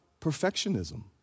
perfectionism